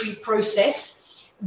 process